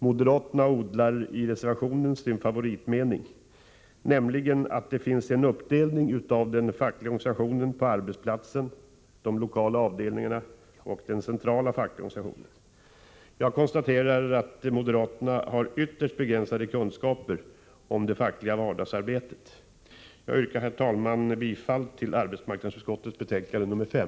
Moderaterna odlar i reservationen sin favoritmening, nämligen att det finns en uppdelning av den fackliga organisationen på arbetsplatsen, de lokala avdelningarna och den centrala fackliga organisationen. Jag konstaterar att moderaterna har ytterst begränsade kunskaper om det fackliga vardagsarbetet. Herr talman! Jag yrkar bifall till hemställan i arbetsmarknadsutskottets betänkande nr 5.